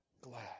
glad